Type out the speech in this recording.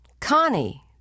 Connie